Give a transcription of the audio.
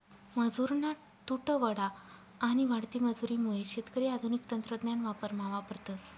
मजुरना तुटवडा आणि वाढती मजुरी मुये शेतकरी आधुनिक तंत्रज्ञान वावरमा वापरतस